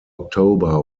october